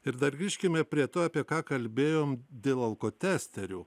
ir dar grįžkime prie to apie ką kalbėjom dėl alkotesterio